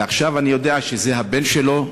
ועכשיו אני יודע שזה הבן שלו,